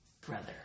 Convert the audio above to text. brother